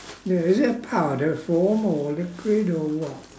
ya is it a powder form or liquid or what